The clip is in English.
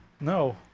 No